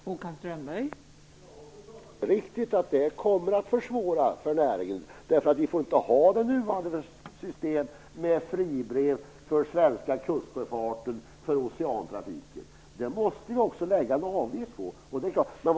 Fru talman! Det är riktigt att detta kommer att försvåra för näringen. Vi får inte ha nuvarande system med fribrev för den svenska kustsjöfarten och för oceantrafiken. Vi måste lägga en avgift på detta.